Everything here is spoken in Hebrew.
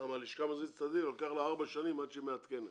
ללשכה המרכזית לסטטיסטיקה ייקח ארבע שנים עד שהיא מעדכנת,